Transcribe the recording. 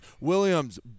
Williams